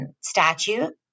statute